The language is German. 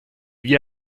wie